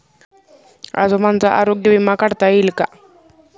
आजोबांचा आरोग्य विमा काढता येईल का?